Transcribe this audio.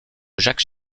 jacques